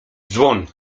dzwon